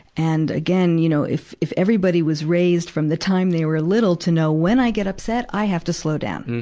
and again, you know, if, if everybody was raised from the time they were little to know when i get upset i have to slow down.